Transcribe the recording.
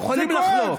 אתם יכולים לחלוק.